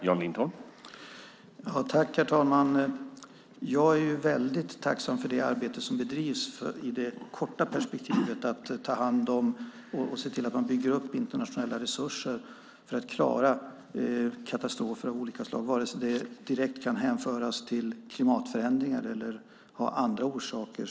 Herr talman! Jag är väldigt tacksam för det arbete som bedrivs i det korta perspektivet med att se till att bygga upp internationella resurser för att klara katastrofer av olika slag, vare sig de direkt kan hänföras till klimatförändringar eller har andra orsaker.